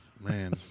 man